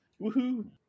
woohoo